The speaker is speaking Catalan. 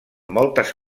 moltes